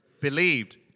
believed